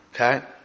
Okay